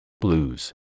Blues